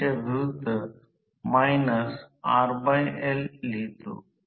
जर 2 असेल आणि स्लिप 2 असेल तर f 50 हर्ट्ज असेल तर F2 हर्त्झ 1 असेल कारण 02 50